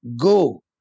Go